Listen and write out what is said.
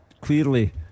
clearly